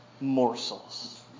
morsels